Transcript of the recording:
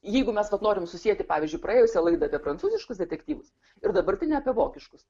jeigu mes norim susieti pavyzdžiui praėjusią laidą apie prancūziškus detektyvus ir dabartinę apie vokiškus